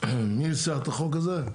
מי ניסח את החוק הזה?